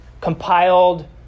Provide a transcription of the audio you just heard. compiled